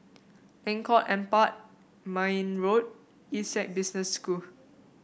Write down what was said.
Lengkok Empat Mayne Road Essec Business School